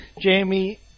Jamie